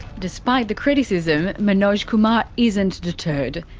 despite the criticism, manoj kumar isn't deterred.